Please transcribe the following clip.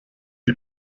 die